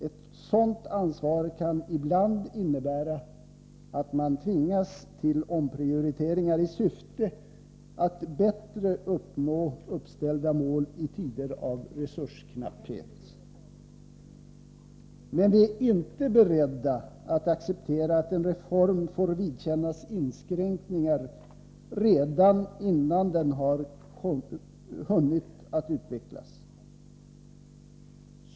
Ett sådant ansvar kan ibland innebära att man tvingas till omprioriteringar i syfte att bättre uppnå uppställda mål i tider av resursknapphet, men vi är inte beredda att acceptera att en reform får vidkännas inskränkningar redan innan den har hunnit att utvecklas.